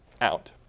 out